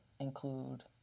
include